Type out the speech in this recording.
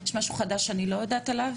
יש משהו חדש שאני לא יודעת עליו?